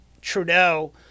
Trudeau